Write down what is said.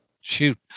shoot